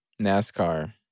NASCAR